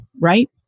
Right